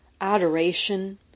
adoration